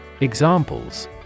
Examples